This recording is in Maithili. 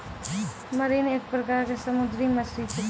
मरीन एक प्रकार के समुद्री मछली छेकै